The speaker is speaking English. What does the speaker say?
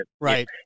Right